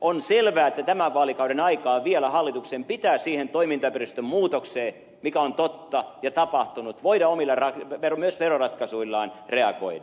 on selvää että tämän vaalikauden aikaan vielä hallituksen pitää siihen toimintaympäristön muutokseen mikä on totta ja tapahtunut voida myös veroratkaisuillaan reagoida